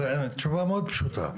זו תשובה מאוד פשוטה.